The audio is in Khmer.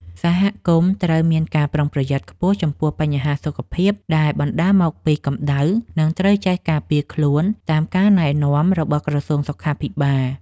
សហគមន៍ត្រូវមានការប្រុងប្រយ័ត្នខ្ពស់ចំពោះបញ្ហាសុខភាពដែលបណ្តាលមកពីកម្តៅ និងត្រូវចេះការពារខ្លួនតាមការណែនាំរបស់ក្រសួងសុខាភិបាល។